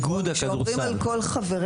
האם כשאומרים "על כל חבריה",